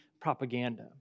propaganda